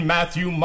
Matthew